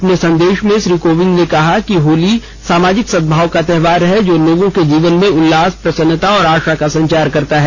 अपने संदेश में श्री कोविंद ने कहा कि होली सामाजिक सद्भाव का त्योहार है जो लोगों के जीवन में उल्लास प्रसन्नता और आशा का संचार करता है